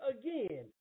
again